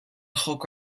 joko